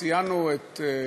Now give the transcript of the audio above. ציינו את,